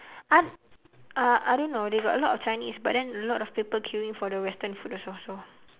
!huh! uh I don't know they got a lot of chinese but then a lot of people queueing for the western food also so